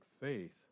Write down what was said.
faith